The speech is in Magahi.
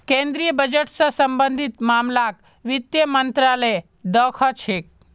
केन्द्रीय बजट स सम्बन्धित मामलाक वित्त मन्त्रालय द ख छेक